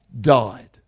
died